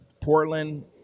Portland